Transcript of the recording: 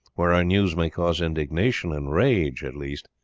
where our news may cause indignation and rage at least,